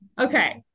okay